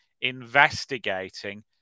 investigating